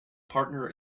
partner